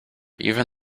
even